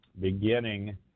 beginning